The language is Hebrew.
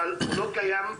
אבל הוא לא קיים.